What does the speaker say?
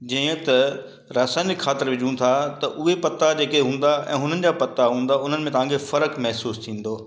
जीअं त रासायनिक खाध विझूं था त उहे पता जेके हूंदा ऐं हुननि जा पता हूंदा उन्हनि में तव्हांखे फ़र्क़ु महिसूसु थींदो